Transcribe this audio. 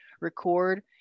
record